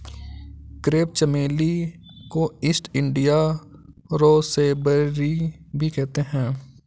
crepe चमेली को East India rosebay भी कहते हैं